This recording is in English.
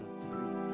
three